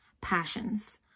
passions